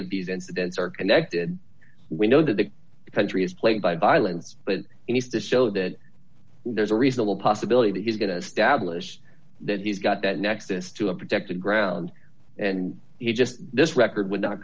of these incidents are connected we know that the country is plagued by violence but he needs to show that there's a reasonable possibility that he's going to establish that he's got that nexus to a protected ground and he just this record would not